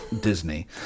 Disney